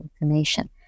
information